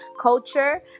culture